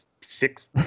six